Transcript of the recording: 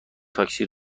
تاکسی